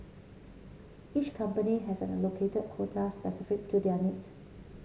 each company has an allocated quota specific to their needs